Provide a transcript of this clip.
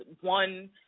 one